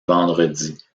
vendredis